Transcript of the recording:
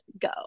go